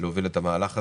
להוביל את המהלך הזה.